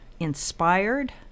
inspired